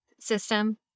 system